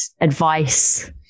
advice